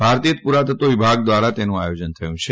ભારતીય પુરાતત્વ વિભાગ દ્વારા તેનું આયોજન થયું છે